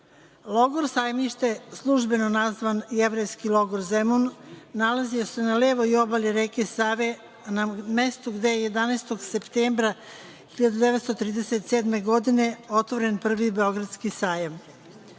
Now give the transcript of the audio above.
Logor „Sajmište“, službeno nazvan „Jevrejski logor Zemun“ nalazio se na levoj obali reke Save, na mestu gde je 11. septembra 1937. godine otvoren prvi Beogradski sajam. Nakon